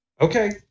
okay